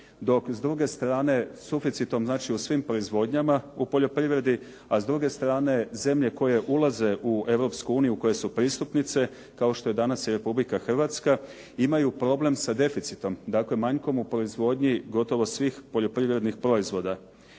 dok s druge strane suficitom znači u svim proizvodnjama u poljoprivredi a s druge strane zemlje koje ulaze u Europsku uniju, koje su pristupnice kao što je danas Republika Hrvatska imaju problem sa deficitom, dakle, manjkom u proizvodnji gotovo svih poljoprivrednih proizvoda.